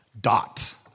dot